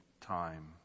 time